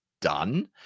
done